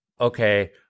okay